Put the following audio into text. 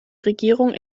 regierung